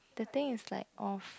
the thing is like off